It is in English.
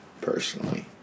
personally